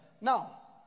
Now